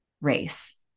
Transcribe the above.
race